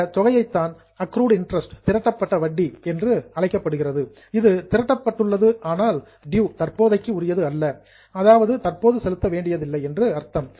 இந்த தொகையைத்தான் accrued interest திரட்டப்பட்ட வட்டி என்று அழைக்கப்படுகிறது இது திரட்டப்பட்டுள்ளது ஆனால் டியூ தற்போதைக்கு உரியது அல்ல அதாவது தற்போது செலுத்த வேண்டியதில்லை என்று அர்த்தம்